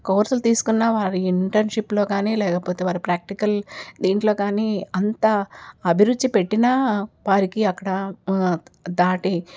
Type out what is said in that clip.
కోర్సులు తీసుకున్నా వారి ఇన్టర్న్షిప్లో కానీ లేకపోతే వారి ప్రాక్టికల్ దీంట్లో కానీ అంత అభిరుచి పెట్టినా వారికి అక్కడ దాటి